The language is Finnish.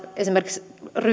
esimerkiksi